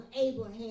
Abraham